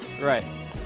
Right